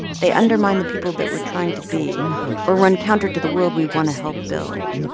they undermine the people that we're trying to be or run counter to the world we want to help build.